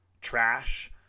trash